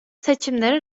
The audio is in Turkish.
seçimlere